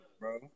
bro